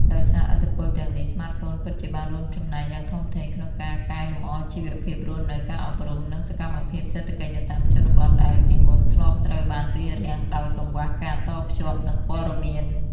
ដោយសារឥទ្ធិពលទាំងនេះ ស្មាតហ្វូនពិតជាបានរួមចំណែកយ៉ាងធំធេងក្នុងការកែលម្អជីវភាពរស់នៅ ការអប់រំ និងសកម្មភាពសេដ្ឋកិច្ចនៅតាមជនបទ ដែលពីមុនធ្លាប់ត្រូវបានរារាំងដោយកង្វះការតភ្ជាប់ និងព័ត៌មាន។